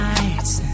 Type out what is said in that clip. Nights